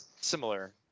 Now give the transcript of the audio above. similar